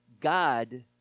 God